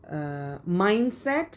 uh mindset